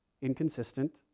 inconsistent